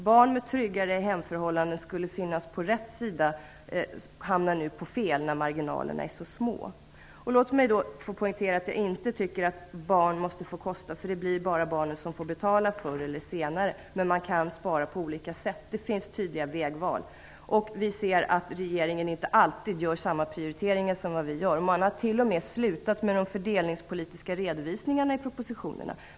Barn som med tryggare hemförhållanden skulle finnas på rätt sida hamnar nu på fel när marginalerna är så små. Låt mig få poängtera att jag inte tycker att "barn måste få kosta". Det blir bara barnen som får betala förr eller senare. Men man kan spara på olika sätt. Det finns tydliga vägval. Vi ser att regeringen inte alltid gör samma prioriteringar som vi gör. Man har t.o.m. slutat med de fördelningspolitiska redovisningarna i propositionerna.